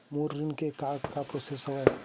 मोर ऋण के का का प्रोसेस हवय?